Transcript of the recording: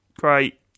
Great